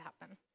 happen